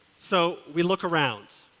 so we look around.